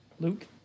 Luke